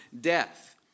death